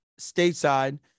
stateside